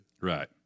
Right